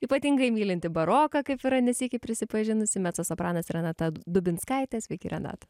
ypatingai mylintį baroką kaip yra ne sykį prisipažinusi mecosopranas renata dubinskaitė sveiki renata